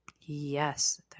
Yes